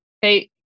hey